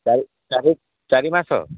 ଚାରି ଚାରି ଚାରି ମାସ